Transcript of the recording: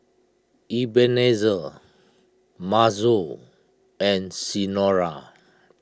Ebenezer Masao and Senora